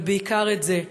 אבל בעיקר את זה: